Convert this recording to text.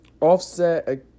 Offset